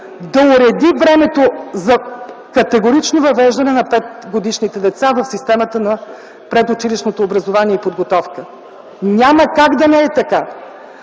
да уреди времето за категорично въвеждане на 5-годишните деца в системата на предучилищното образование и подготовка. Няма как да не е така.